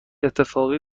اتفاقی